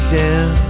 down